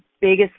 biggest